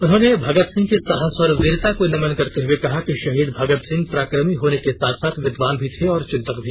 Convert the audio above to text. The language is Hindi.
उन्होंने भगत सिंह के साहस और वीरता को नमन करते हुए कहा कि शहीद भगतसिंह पराक्रमी होने के साथ साथ विद्वान भी थे और चिन्तक भी